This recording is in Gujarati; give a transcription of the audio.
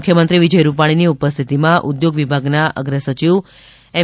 મુખ્યમંત્રી વિજય રૂપાણીની ઉપસ્થિતિમાં ઉદ્યોગ વિભાગના અગ્રિ સચિવ એમ